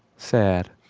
sad.